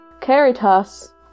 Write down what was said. Caritas